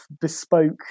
bespoke